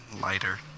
lighter